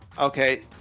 Okay